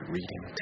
Reading